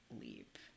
leap